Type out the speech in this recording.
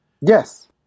Yes